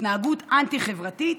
להתנהגות אנטי-חברתית,